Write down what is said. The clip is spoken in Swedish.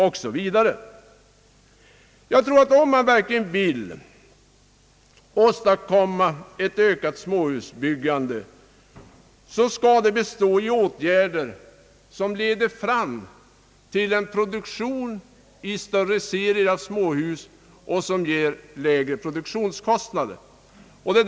Om man verkligen vill åstadkomma ett ökat småhusbyggande, så tror jag att man skall vidta åtgärder som leder till en produktion av större serier av småhus och som ger lägre produktionskostnader.